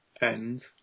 end